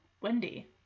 Wendy